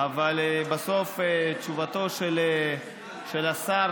אבל בסוף תשובתו של השר,